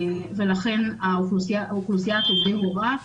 לכן אוכלוסיית עובדי הוראה,